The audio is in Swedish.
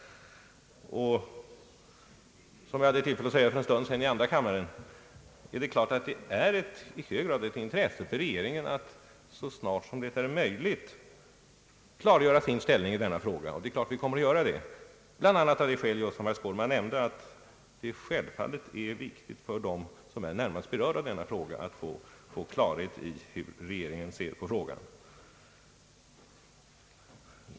Som jag hade tillfälle att säga för en stund sedan i andra kammaren är det självklart i hög grad ett intresse för regeringen att så snart som möjligt klargöra sin ställning i denna fråga. Givetvis kommer vi att göra detta bl.a. av det skäl som herr Skårman nämnde, att det är viktigt för de närmast berörda att få klarhet i hur regeringen ser på frågan.